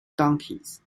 donkeys